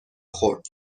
خورد